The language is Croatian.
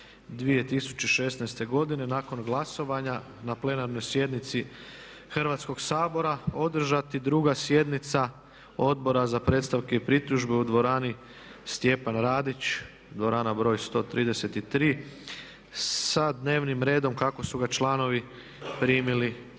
2016. godine nakon glasovanja na plenarnoj sjednici Hrvatskog sabora održati druga sjednica Odbora za predstavke i pritužbe u dvorani Stjepan Radić, dvorana br. 133. sa dnevnim redom kako su ga članovi primili u pozivu.